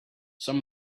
some